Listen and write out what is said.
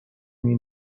این